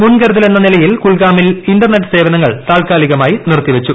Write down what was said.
മുൻകരുതലെന്ന നിലയിൽ കുൽഗാമിൽ ഇന്റർനെറ്റ് സേവനങ്ങൾ താൽക്കാലികമായി നിർത്തിവച്ചു